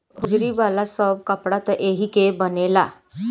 hosiery वाला सब कपड़ा त एही के बनेला